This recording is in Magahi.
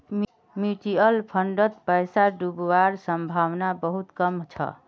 म्यूचुअल फंडत पैसा डूबवार संभावना बहुत कम छ